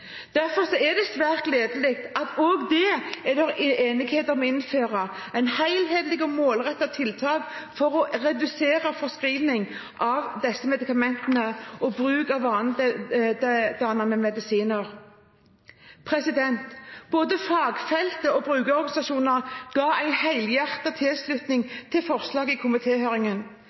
Derfor er det svært gledelig at det også er enighet om å innføre helhetlige og målrettede tiltak for å redusere forskrivning av disse medikamentene og bruk av vanedannende medisiner. Både fagfeltet og brukerorganisasjoner ga i komitéhøringen en helhjertet tilslutning til forslaget. Psykologforeningens leder kalte det vi står sammen om i